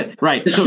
Right